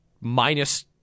Minus